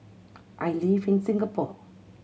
I live in Singapore